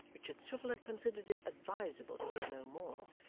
richard swiviller considered it advisable to hear no more,